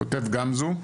כותב גמזו,